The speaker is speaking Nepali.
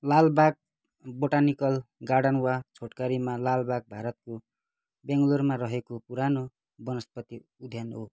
लालबाग बोटानिकल गार्डन वा छोटकरीमा लालबाग भारतको बेङ्गलोरमा रहेको पुरानो वनस्पति उद्यान हो